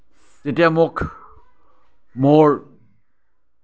যেতিয়া মোক মোৰ